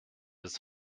bis